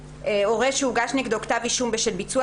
"(ב)הורה שהוגש נגדו כתב אישום בשל ביצוע